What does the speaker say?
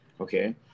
okay